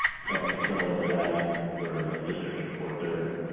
something similar to that where districts report their